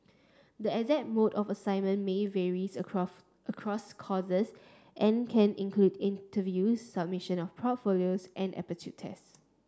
the exact mode of assessment may varies across across courses and can include interviews submission of portfolios and aptitude tests